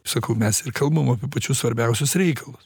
sakau mes ir kalbam apie pačius svarbiausius reikalus